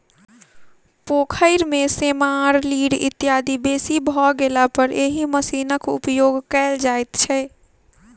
पोखैर मे सेमार, लीढ़ इत्यादि बेसी भ गेलापर एहि मशीनक उपयोग कयल जाइत छै